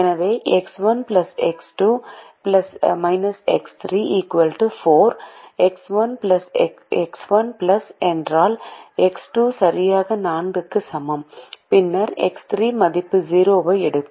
எனவே x 1 x 2 x 3 4 x 1 என்றால் x 2 சரியாக 4 க்கு சமம் பின்னர் எக்ஸ் 3 மதிப்பு 0 ஐ எடுக்கும்